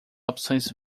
opções